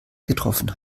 getroffen